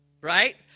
Right